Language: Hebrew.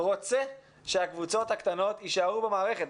רוצה שהקבוצות הקטנות יישארו במערכת.